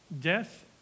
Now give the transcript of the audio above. Death